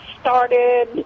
started